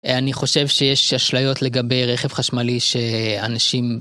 אני חושב שיש אשליות לגבי רכב חשמלי שאנשים...